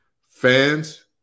Fans